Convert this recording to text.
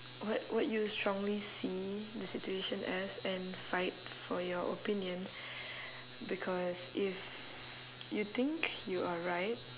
what what you strongly see the situation as and fight for your opinion because if you think you are right